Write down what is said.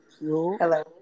Hello